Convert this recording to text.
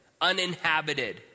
uninhabited